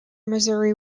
missouri